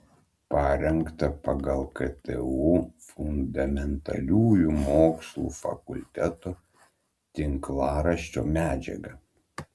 parengta pagal ktu fundamentaliųjų mokslų fakulteto tinklaraščio medžiagą